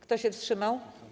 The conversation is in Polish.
Kto się wstrzymał?